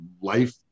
life